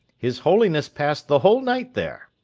his holiness passed the whole night there!